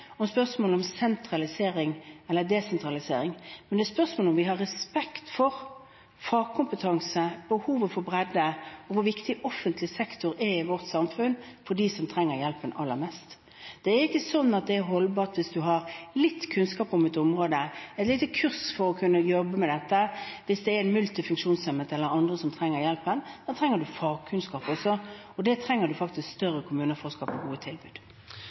om spørsmålet om sentralisering eller desentralisering, men om vi har respekt for fagkompetanse og behovet for bredde, og hvor viktig offentlig sektor er i vårt samfunn for dem som trenger hjelpen aller mest. Det er ikke sånn at det er holdbart hvis man har litt kunnskap om et område, et lite kurs for å kunne jobbe med dette, hvis det er en multifunksjonshemmet, eller andre, som trenger hjelpen. Da trenger man også fagkunnskap, og da trenger man faktisk større kommuner for å skape gode tilbud.